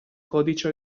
codice